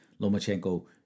Lomachenko